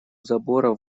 забора